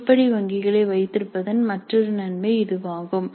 உருப்படி வங்கிகளை வைத்திருப்பதன் மற்றொரு நன்மை இதுவாகும்